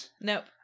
Nope